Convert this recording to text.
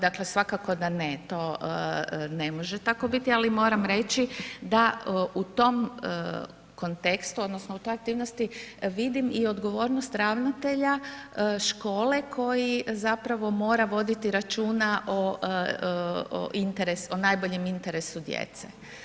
Dakle svakako da ne, to ne može tako biti ali moram reći da u tom kontekstu odnosno u toj aktivnosti vidim i odgovornost ravnatelja škole koji zapravo mora voditi računa o najboljem interesu djece.